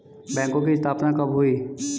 बैंकों की स्थापना कब हुई?